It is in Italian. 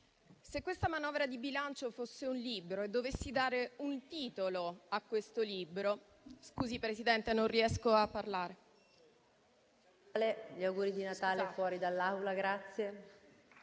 se questa manovra di bilancio fosse un libro e dovessi dare un titolo a questo libro... *(Brusio).* Scusi, Presidente, non riesco a parlare.